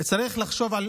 צריך לחשוב על